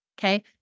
okay